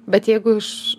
bet jeigu iš